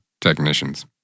technicians